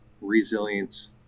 resilience